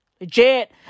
Legit